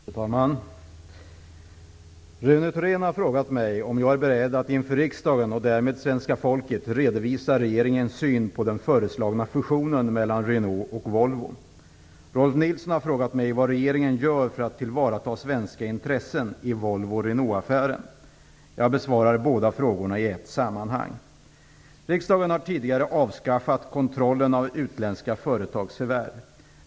Fru talman! Rune Thorén har frågat mig om jag är beredd att inför riksdagen och därmed svenska folket redovisa regeringens syn på den föreslagna fusionen mellan Renault och Volvo. Rolf Nilsson har frågat mig vad regeringen gör för att tillvarata svenska intressen i Volvo--Renault-affären. Jag besvarar båda frågorna i ett sammanhang. Riksdagen har tidigare avskaffat kontrollen av utländska företagsförvärv.